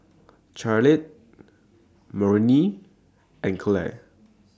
Carlyle Marilynn and Claire